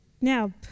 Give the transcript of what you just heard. Now